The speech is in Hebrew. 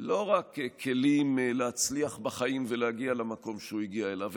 לא רק כלים להצליח בחיים ולהגיע למקום שהוא הגיע אליו,